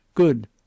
Good